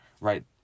right